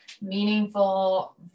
meaningful